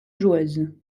joueuses